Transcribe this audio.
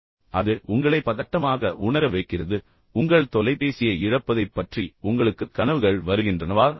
எனவே அது உங்களை பதட்டமாக உணர வைக்கிறது மேலும் உங்கள் தொலைபேசியை இழப்பதைப் பற்றி உங்களுக்கு கனவுகள் வருகின்றனவா